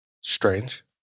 Strange